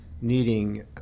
needing